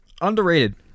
Underrated